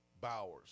Bowers